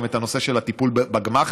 גם את נושא הטיפול בגמ"חים,